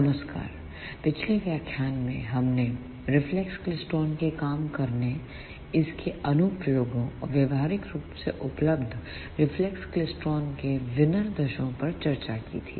नमस्कार पिछले व्याख्यान में हमने रिफ्लेक्स क्लेस्ट्रॉन के काम करने इसके अनुप्रयोगों और व्यावहारिक रूप से उपलब्ध रिफ्लेक्स क्लेस्ट्रॉन के विनिर्देशों पर चर्चा की थी